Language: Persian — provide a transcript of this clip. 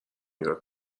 نیگا